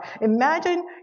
Imagine